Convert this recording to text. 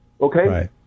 Okay